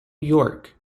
york